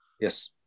yes